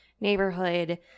neighborhood